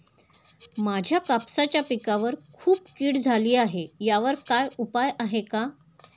माझ्या कापसाच्या पिकावर खूप कीड झाली आहे यावर काय उपाय आहे का?